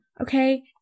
okay